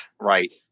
right